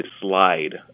slide